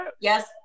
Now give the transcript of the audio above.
yes